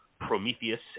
Prometheus